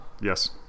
Yes